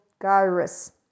gyrus